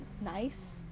nice